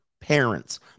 parents